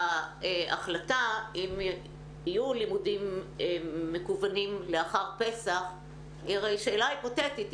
ההחלטה אם יהיו לימודים מקוונים לאחר פסח היא הרי שאלה היפותטית.